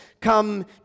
come